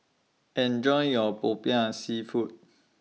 Enjoy your Popiah Seafood